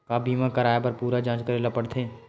का बीमा कराए बर पूरा जांच करेला पड़थे?